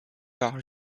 par